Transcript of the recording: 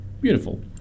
beautiful